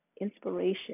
inspiration